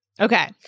okay